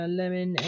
lemon